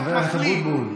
חבר הכנסת אבוטבול,